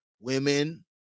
Women